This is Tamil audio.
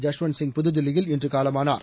ஜஸ்வந்த்சிங் புதுதில்லியில் இன்று காலமானார்